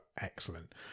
excellent